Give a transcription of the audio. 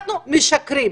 אנחנו משקרים.